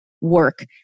work